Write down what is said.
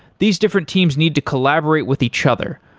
these different teams need to collaborate with each other,